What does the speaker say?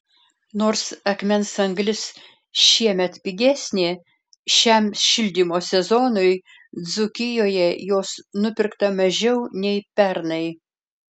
nors akmens anglis šiemet pigesnė šiam šildymo sezonui dzūkijoje jos nupirkta mažiau nei pernai